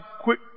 quick